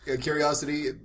curiosity